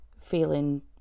feeling